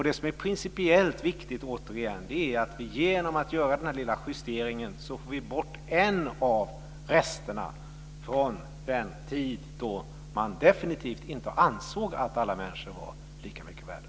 Det som är principiellt viktigt är att vi genom att göra denna lilla justering får bort en av resterna från den tid då man definitivt inte ansåg att alla människor var lika mycket värda.